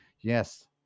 yes